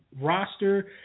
roster